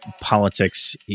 politics